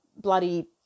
bloody